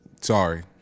Sorry